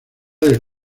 del